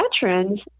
veterans